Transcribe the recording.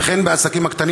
וכן בעסקים הקטנים,